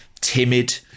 timid